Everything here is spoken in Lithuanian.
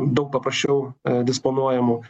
daug paprasčiau disponuojamų